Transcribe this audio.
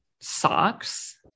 Socks